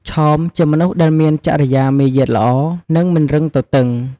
ឆោម ជាមនុស្សដែលមានចរិយាមាយាទល្អ និងមិនរឹងទទឹង។